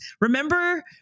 Remember